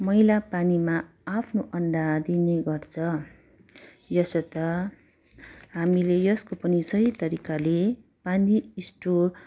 मैला पानीमा आफ्नो अन्डा दिने गर्छ यसर्थ हामीले यसको पनि सही तरिकाले पानी स्टोर